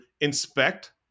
inspect